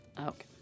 Okay